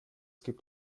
gibt